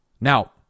now